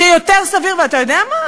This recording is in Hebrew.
שיותר סביר, ואתה יודע מה?